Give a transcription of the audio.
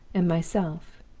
and myself.